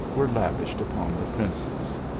were lavished upon the princess.